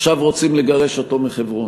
עכשיו רוצים לגרש אותו מחברון.